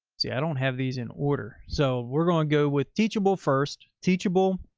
see, i don't have these in order. so we're going to go with teachable first, teachable.